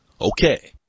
okay